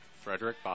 Frederick